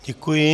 Děkuji.